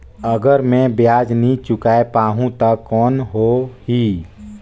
अगर मै ब्याज नी चुकाय पाहुं ता कौन हो ही?